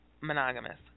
monogamous